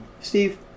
Steve